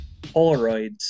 Polaroids